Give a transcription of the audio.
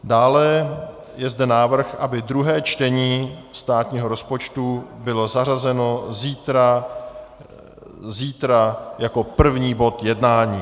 Dále je zde návrh, aby druhé čtení státního rozpočtu bylo zařazeno zítra jako první bod jednání.